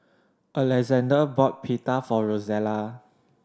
Alexander bought Pita for Rosella